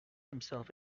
himself